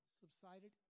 subsided